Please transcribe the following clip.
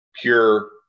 pure